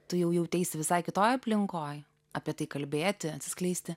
tu jau jauteisi visai kitoj aplinkoj apie tai kalbėti atsiskleisti